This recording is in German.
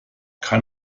kann